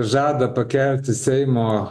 žada pakelti seimo